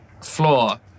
floor